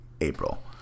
April